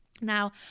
Now